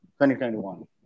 2021